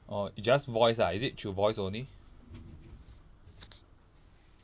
orh just voice ah is it through voice only